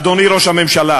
אדוני ראש הממשלה,